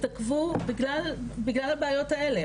התעכבו בגלל הבעיות האלה.